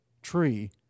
tree